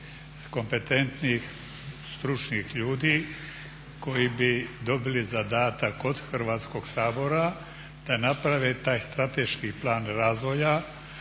kompetentnih stručnih ljudi koji bi dobili zadatak od Hrvatskog sabora da naprave taj strateški plan razvoja,